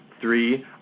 Three